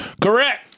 Correct